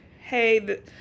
hey